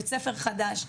בית ספר חדש.